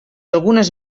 algunes